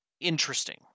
interesting